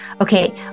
Okay